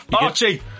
Archie